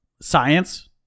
science